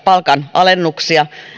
palkanalennuksia